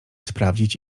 sprawdzić